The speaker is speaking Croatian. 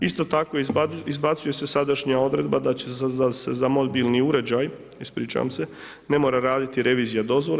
Isto tako, izbacuje se sadašnja odredba da će se za mobilni uređaj, ispričavam se, ne mora raditi revizija dozvole.